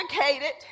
educated